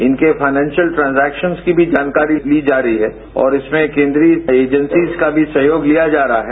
इनके financial transactions की भी जानकारी ली जा रही है और इसमें केंद्रीय एजेंसीज का भी सहयोग लिया जा रहा है